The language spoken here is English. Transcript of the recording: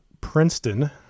Princeton